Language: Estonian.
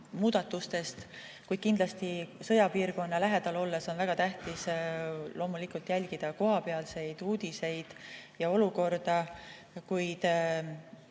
muudatustest. Ja sõjapiirkonna lähedal olles on väga tähtis loomulikult jälgida kohapealseid uudiseid ja olukorda. Kuid